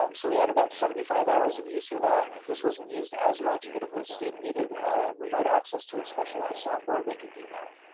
um so we had about seventy five hours of use for that. this wasn't used as much, but if a student needed remote access to a specialized software, they could do that.